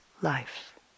life